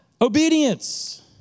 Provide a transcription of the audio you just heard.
Obedience